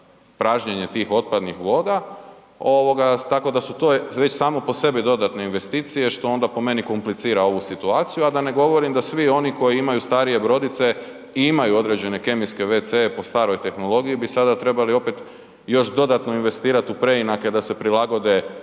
pražnjenje tih otpadnih voda, tako da je to već samo po sebi dodatna investicija što onda po meni komplicira ovu situaciju a da ne govorim da svi oni koji imaju starije brodice, imaju određene kemijske wc-e po staroj tehnologiji bi sada trebali opet još opet još dodatno investirati u preinake da se prilagode